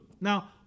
Now